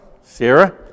Sarah